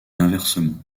inversement